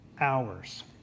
hours